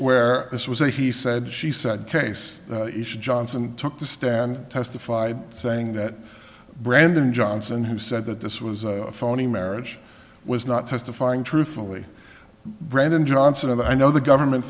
where this was a he said she said case johnson took the stand testified saying that brandon johnson who said that this was a phony marriage was not testifying truthfully brandon johnson and i know the government